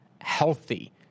healthy